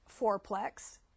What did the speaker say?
fourplex